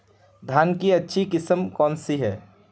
धान की अच्छी किस्म कौन सी है?